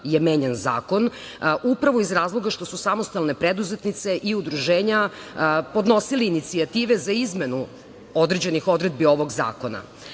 je menjan zakon upravo iz razloga što su samostalne preduzetnice i Udruženja podnosili inicijative za izmenu određenih odredbi ovog zakona. Naime,